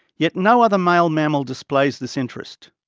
yet no other male mammal displays this interest.